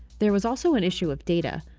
there was also an issue of data.